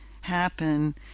happen